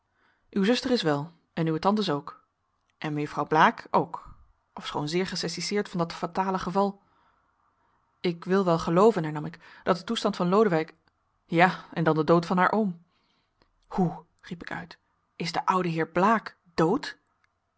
uw zuster is wel en uwe tantes ook en mejuffrouw blaek ook ofschoon zeer gesaisisseerd van dat fatale geval ik wil wel gelooven hernam ik dat de toestand van lodewijk ja en dan de dood van haar oom hoe riep ik uit is de oude heer blaek dood